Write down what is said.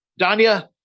danya